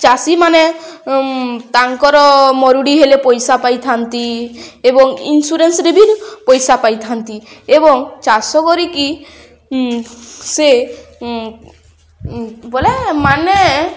ଚାଷୀମାନେ ତାଙ୍କର ମରୁଡ଼ି ହେଲେ ପଇସା ପାଇଥାନ୍ତି ଏବଂ ଇନ୍ସୁରାନ୍ସରେ ବି ପଇସା ପାଇଥାନ୍ତି ଏବଂ ଚାଷ କରିକି ସେ ବୋଲେ ମାନେ